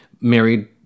married